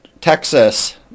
Texas